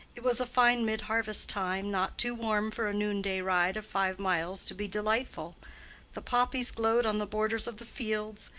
it was a fine mid-harvest time, not too warm for a noonday ride of five miles to be delightful the poppies glowed on the borders of the fields,